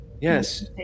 Yes